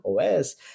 os